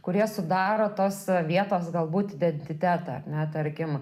kurie sudaro tos vietos galbūt identitetą ar ne tarkim